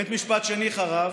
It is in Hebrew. בית משפט שני חרב